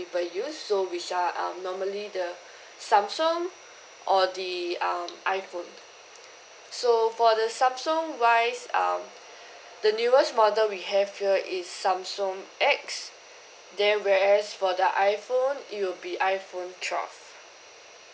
people use so which are um normally the samsung or the um iphone so for the samsung wise um the newest model we have here is samsung X then whereas for the iphone it would be iphone twelve